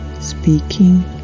speaking